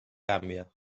gàmbia